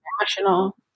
National